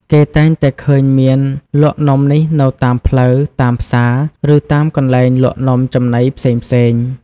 គេតែងតែឃើញមានលក់នំនេះនៅតាមផ្លូវ តាមផ្សារ ឬតាមកន្លែងលក់នំចំណីផ្សេងៗ។